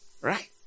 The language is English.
Right